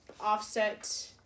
offset